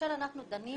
כאשר אנחנו דנים